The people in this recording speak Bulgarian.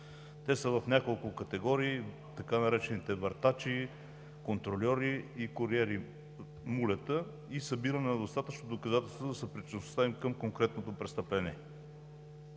Те са в няколко категории – така наречените въртачи, контрольори и куриери, мулета, и събиране на достатъчно доказателства за съпричастността им към конкретното престъпление.